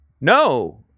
no